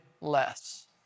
less